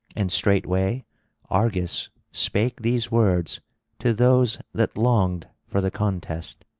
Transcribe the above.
and straightway argus spake these words to those that longed for the contest